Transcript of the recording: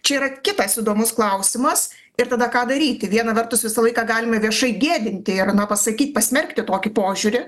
čia yra kitas įdomus klausimas ir tada ką daryti viena vertus visą laiką galime viešai gėdinti ir na pasakyt pasmerkti tokį požiūrį